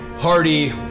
hardy